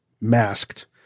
masked